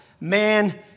man